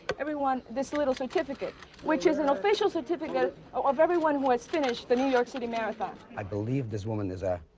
everyone this little certificate which is an official certificate of everyone who has finished the new york city marathon. i believe this woman is ah